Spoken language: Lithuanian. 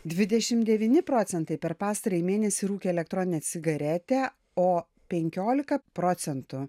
dvidešim devyni procentai per pastarąjį mėnesį rūkė elektroninę cigaretę o penkiolika procentų